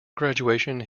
graduation